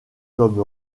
comme